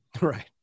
Right